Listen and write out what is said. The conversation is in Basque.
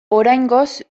oraingoz